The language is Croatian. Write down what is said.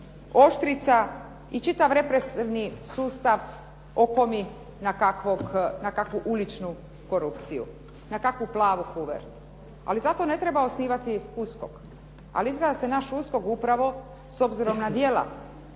oštrica i čitav represivni sustav okomi na kakvu uličnu korupciju, na kakvu plavu kuvertu ali zato ne treba osnivati USKOK ali izgleda da se naš USKOK upravo s obzirom na djela